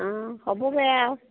অঁ হ'বগৈ আও